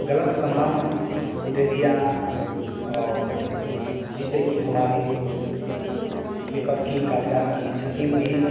गलत समान दे दिया और जिससे कि हमारे इस पेपर की कागजात की क्षति हुई